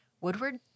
Woodward